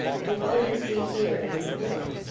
do all you see here and more.